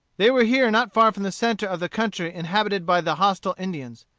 they were here not far from the centre of the country inhabited by the hostile indians.